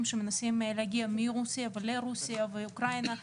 שמנסים להגיע מרוסיה ולרוסיה ואוקראינה,